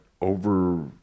over